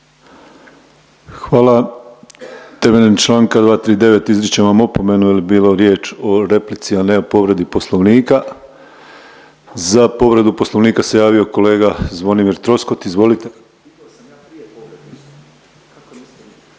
Hvala. Temeljem čl. 239. izričem vam opomenu jel je bilo riječ o replici, a ne povredi Poslovnika. Za povredu Poslovnika se javio kolega Zvonimir Troskot, izvolite.